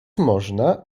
można